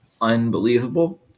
unbelievable